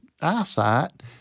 eyesight